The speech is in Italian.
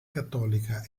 cattolica